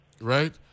right